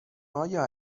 آیا